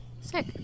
Sick